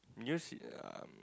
do you see um